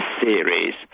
series